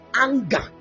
Anger